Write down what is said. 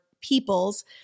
peoples